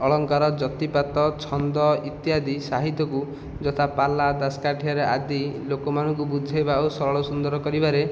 ଅଳଙ୍କାର ଯତିପାତ ଛନ୍ଦ ଇତ୍ୟାଦି ସାହିତ୍ୟକୁ ଯଥା ପାଲା ଦାସକାଠିଆରେ ଆଦି ଲୋକମାନଙ୍କୁ ବୁଝେଇବା ଓ ସରଳ ସୁନ୍ଦର କରିବାରେ